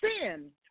sin